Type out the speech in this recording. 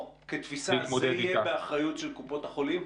כתפיסה, זה יהיה באחריות של קופות החולים?